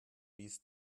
ließ